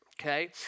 Okay